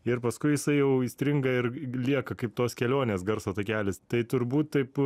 ir paskui jisai jau įstringa ir lieka kaip tos kelionės garso takelis tai turbūt taip